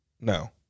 No